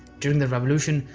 during the revolution,